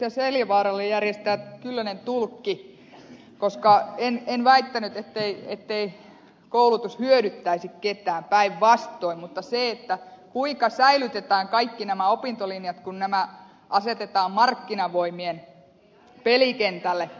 asko seljavaaralle järjestää kyllönen tulkki koska en väittänyt ettei koulutus saisi hyödyttää ketään vaan päinvastoin kyselin kuinka säilytetään kaikki nämä opintolinjat kun nämä asetetaan markkinavoimien pelikentälle